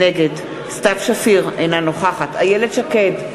נגד סתיו שפיר, אינה נוכחת איילת שקד,